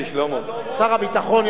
יכול להיות שיש חברי קואליציה,